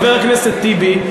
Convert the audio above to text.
חבר הכנסת טיבי,